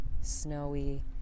snowy